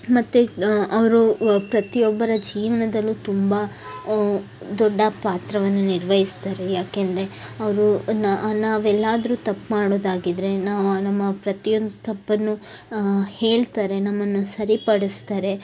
ಮತ್ತು ಅವರು ಪ್ರತಿಯೊಬ್ಬರ ಜೀವನದಲ್ಲೂ ತುಂಬ ದೊಡ್ಡ ಪಾತ್ರವನ್ನು ನಿರ್ವಹಿಸ್ತಾರೆ ಯಾಕೆ ಅಂದರೆ ಅವರು ನಾವು ಎಲ್ಲಾದರೂ ತಪ್ಪು ಮಾಡೋದಾಗಿದ್ದರೆ ನಾ ನಮ್ಮ ಪ್ರತಿಯೊಂದು ತಪ್ಪನ್ನು ಹೇಳ್ತಾರೆ ನಮ್ಮನ್ನು ಸರಿ ಪಡಿಸ್ತಾರೆ